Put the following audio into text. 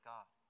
God